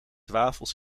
wafels